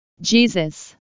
Jesus